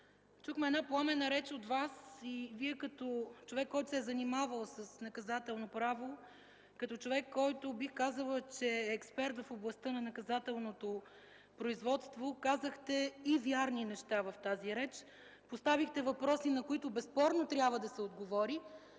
чухме една пламенна реч от Вас и Вие като човек, който се е занимавал с наказателно право, като човек, който е експерт в областта на наказателното производство, казахте и верни неща в тази реч. Поставихте въпроси, на които безспорно трябва да се отговори.